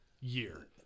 year